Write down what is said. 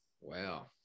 Wow